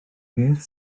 beth